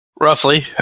Roughly